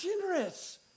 generous